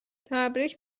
تبریک